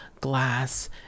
glass